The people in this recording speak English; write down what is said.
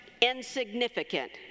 insignificant